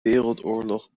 wereldoorlog